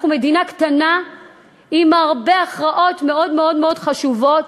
אנחנו מדינה קטנה עם הרבה הכרעות מאוד מאוד מאוד חשובות,